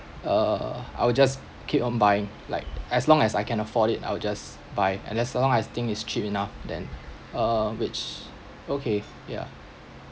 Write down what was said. uh I will just keep on buying like as long as I can afford it I'll just buy and as long as thing is cheap enough then uh which okay ya